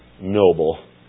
noble